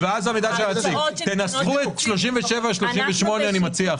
אני מציע שתנסחו את סעיפים 37 ו-38 אחרת.